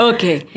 Okay